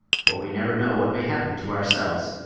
for we never know what may happen to ourselves.